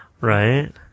Right